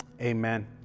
amen